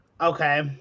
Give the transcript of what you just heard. okay